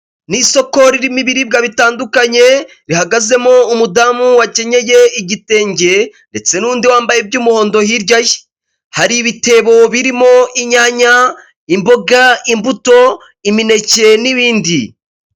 Ni isoko ririmo ibiribwa bitandukanye, rihagazemo umudamu wakenyeye igitenge ndetse n'undi wambaye iby'umuhondo hirya ye. Hari ibitebo birimo inyanya, imboga, imbuto, imineke n'ibindi.